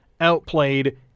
outplayed